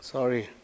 Sorry